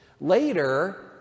Later